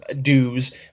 dues